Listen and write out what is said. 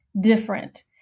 different